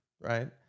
right